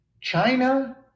China